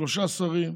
שלושה שרים,